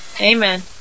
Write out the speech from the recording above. Amen